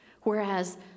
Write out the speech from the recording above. Whereas